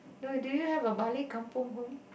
no do you have a balik kampung home